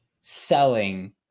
selling